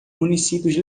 municípios